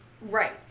Right